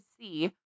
see